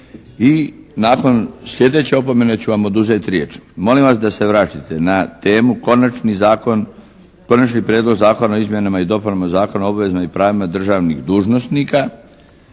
i nakon slijedeće opomene ću vam oduzeti riječ. **Milinović, Darko (HDZ)** Molim vas da se vratite na temu Konačni zakon, Konačni prijedlog zakon o izmjenama i dopunama Zakona o obvezama i pravima državnih dužnosnika